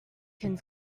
can